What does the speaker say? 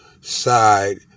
side